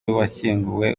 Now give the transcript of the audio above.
washyinguwe